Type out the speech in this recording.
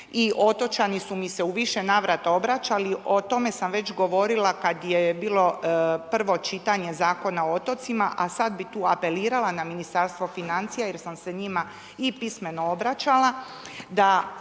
i otočani su mi se u više navrata obraćali, o tome sam već govorila kada je bilo prvo čitanje Zakona o otocima a sada bih tu apelirala na Ministarstvo financija jer sam se njima i pismeno obraćala da